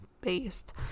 based